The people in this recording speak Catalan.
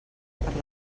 per